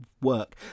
work